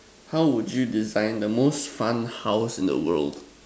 how would you design the most fun house in the world